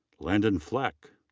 landon fleck.